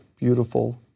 beautiful